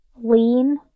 lean